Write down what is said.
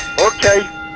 Okay